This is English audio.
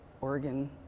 Oregon